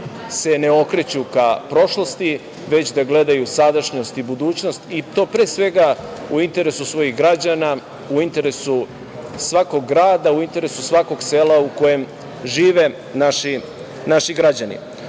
se ne okreću ka prošlosti, već da gledaju sadašnjost i budućnost i to pre svega u interesu svojih građana, u interesu svakog grada, u interesu svakog sela u kojem žive naši građani.